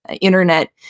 internet